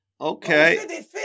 Okay